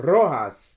Rojas